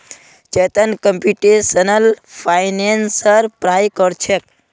Chetan computational फाइनेंसेर पढ़ाई कर छेक